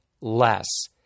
less